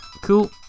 Cool